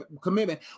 commitment